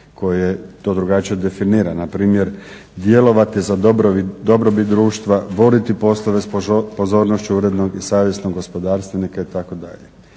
koji to drugačije definira. Npr. djelovati za dobrobit društva, voditi poslove s pozornošću urednog i savjesnog gospodarstvenika itd.